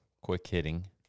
quick-hitting